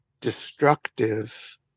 destructive